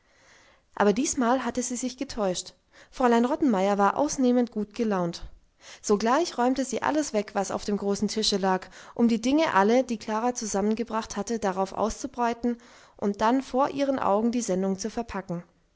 aber diesmal hatte sie sich getäuscht fräulein rottenmeier war ausnehmend gut gelaunt sogleich räumte sie alles weg was auf dem großen tische lag um die dinge alle die klara zusammengebracht hatte darauf auszubreiten und dann vor ihren augen die sendung zu verpacken